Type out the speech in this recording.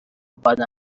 بدم